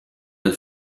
del